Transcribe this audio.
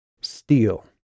Steel